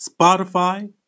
Spotify